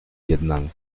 vietnam